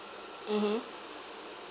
mmhmm